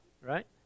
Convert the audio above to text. right